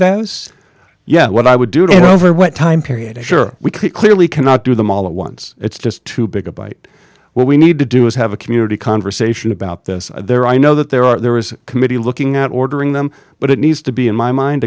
this yeah what i would do to over what time period i sure we could clearly cannot do them all at once it's just too big a bite when we need to do is have a community conversation about this there i know that there are there is a committee looking at ordering them but it needs to be in my mind